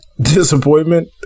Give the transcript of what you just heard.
disappointment